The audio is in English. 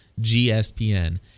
GSPN